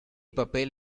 papel